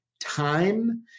time